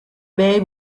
bay